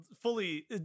fully